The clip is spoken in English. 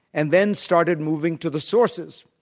and then started moving to the sources,